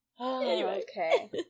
Okay